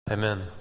Amen